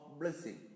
blessing